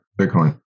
Bitcoin